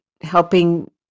helping